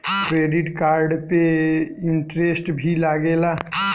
Credit card पे interest भी लागेला?